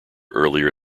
earlier